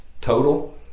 total